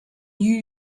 new